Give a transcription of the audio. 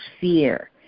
fear